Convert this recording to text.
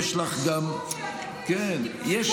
יש לך גם -- נכון, זה השיקום של הקטין.